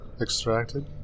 extracted